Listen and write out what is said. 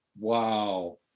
Wow